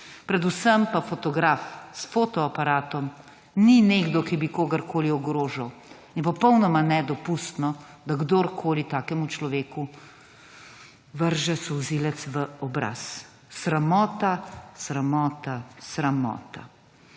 predvsem pa fotograf s fotoaparatom ni nekdo, ki bi kogarkoli ogrožal. In je popolnoma nedopustno, da kdorkoli takemu človeku vrže solzivec v obraz. Sramota, sramota, sramota!